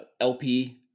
LP